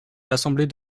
l’assemblée